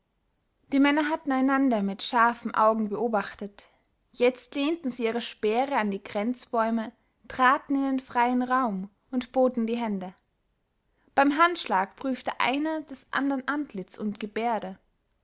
die männer hatten einander mit scharfen augen beobachtet jetzt lehnten sie ihre speere an die grenzbäume traten in den freien raum und boten die hände beim handschlag prüfte einer des andern antlitz und gebärde